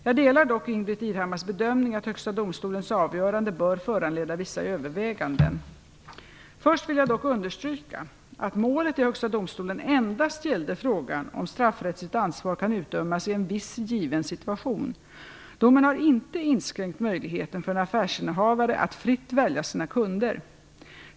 Jag delar dock Ingbritt Irhammars bedömning att Högsta domstolens avgörande bör föranleda vissa överväganden. Först vill jag dock understryka att målet i Högsta domstolen endast gällde frågan om straffrättsligt ansvar kan utdömas i en viss given situation. Domen har inte inskränkt möjligheten för en affärsinnehavare att fritt välja sina kunder.